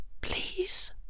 please